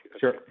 sure